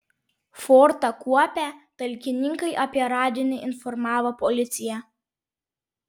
fortą kuopę talkininkai apie radinį informavo policiją